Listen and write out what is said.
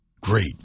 great